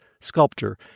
sculptor